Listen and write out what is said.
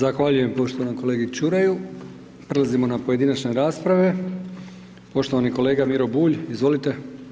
Zahvaljujem poštovanom kolegi Čuraju, prelazimo na pojedinačne rasprave, poštovani kolega Miro Bulj, izvolite.